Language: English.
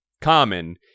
common